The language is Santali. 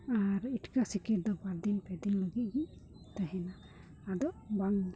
ᱟᱨ ᱮᱛᱠᱟ ᱥᱤᱠᱤᱲ ᱫᱚ ᱵᱟᱨ ᱫᱤ ᱯᱮ ᱫᱤᱱ ᱞᱟᱹᱜᱤᱫ ᱜᱮ ᱛᱟᱦᱮᱱᱟ ᱟᱫᱚ ᱵᱟᱝ